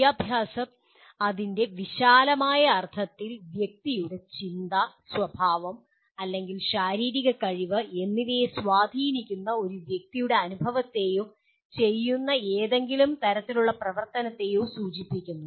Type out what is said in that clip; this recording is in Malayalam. വിദ്യാഭ്യാസം അതിന്റെ വിശാലമായ അർത്ഥത്തിൽ വ്യക്തിയുടെ ചിന്ത സ്വഭാവം അല്ലെങ്കിൽ ശാരീരിക കഴിവ് എന്നിവയെ സ്വാധീനിക്കുന്ന ഒരു വ്യക്തിയുടെ അനുഭവത്തെയോ ചെയ്യുന്ന ഏതെങ്കിലും തരത്തിലുള്ള പ്രവർത്തനത്തെയോ സൂചിപ്പിക്കുന്നു